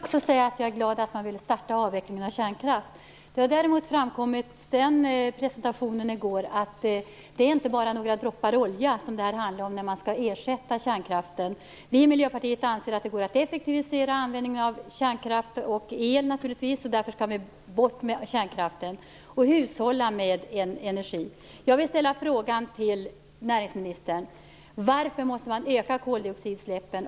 Fru talman! Jag är glad att man vill starta avvecklingen av kärnkraft. Efter presentationen i går har det dock framkommit att det inte bara rör sig om några droppar olja när kärnkraften skall ersättas. Vi i Miljöpartiet anser att det går att effektivisera användningen av el, och därför skall kärnkraften bort. Man måste hushålla med energi. Jag vill ställa frågan till näringsministern: Varför måste man öka koldioxidutsläppen?